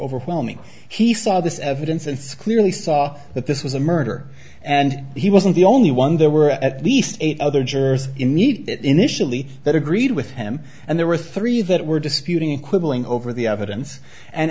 overwhelming he saw this evidence and squarely saw that this was a murder and he wasn't the only one there were at least eight other jurors in need that initially that agreed with him and there were three that were disputing quibbling over the evidence and